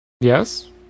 Yes